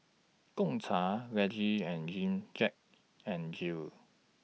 Gongcha Laneige and Gen Jack N Jill